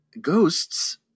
Ghosts